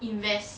invest